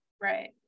Right